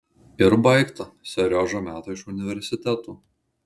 ir baigta seriožą meta iš universiteto